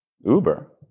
Uber